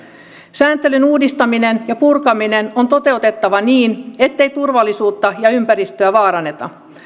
sääntelyn uudistaminen ja purkaminen on toteutettava niin ettei turvallisuutta ja ympäristöä vaaranneta